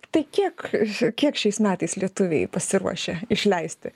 tai kiek kiek šiais metais lietuviai pasiruošę išleisti